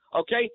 Okay